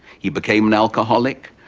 he became an alcoholic.